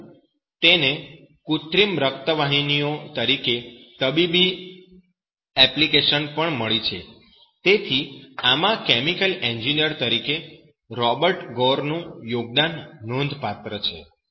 પરંતુ તેને કૃત્રિમ રક્ત વાહિનીઓ તરીકે તબીબી એપ્લિકેશન પણ મળી છે તેથી આમાં કેમિકલ એન્જિનિયર તરીકે રોબર્ટ ગોર નું યોગદાન નોંધપાત્ર છે